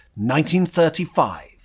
1935